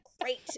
great